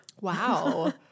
wow